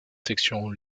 sections